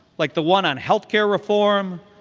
like the one on health care reform,